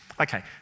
Okay